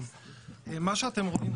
מה שאתם רואים,